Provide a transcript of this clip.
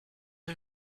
are